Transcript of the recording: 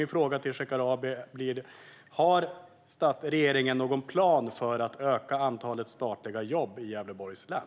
Min fråga till Shekarabi är: Har regeringen någon plan för att öka antalet statliga jobb i Gävleborgs län?